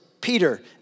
Peter